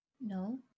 No